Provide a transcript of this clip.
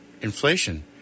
inflation